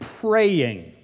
praying